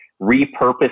repurpose